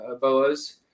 boas